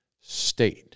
state